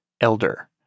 Elder